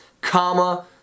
comma